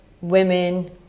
women